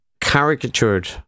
caricatured